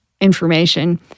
information